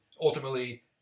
ultimately